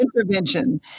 intervention